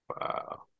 Wow